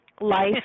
Life